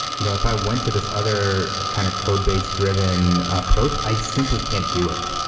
you know if i went to this other kind of codebase driven approach, i'd simply can't do it.